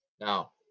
Now